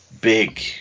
big